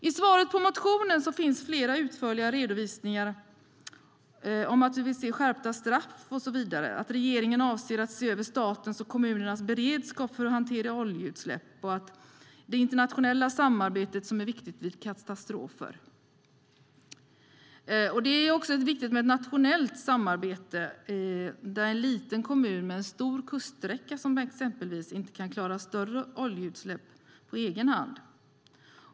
I svaret på vår motion finns flera utförliga redovisningar om att vi vill se skärpta straff och så vidare, att regeringen avser att se över statens och kommunernas beredskap för att hantera oljeutsläpp och att det internationella samarbetet är viktigt vid katastrofer. Det är också viktigt med nationellt samarbete, där till exempel en liten kommun med en lång kuststräcka inte kan klara större oljeutsläpp på egen hand.